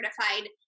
certified